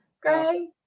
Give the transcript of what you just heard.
Gray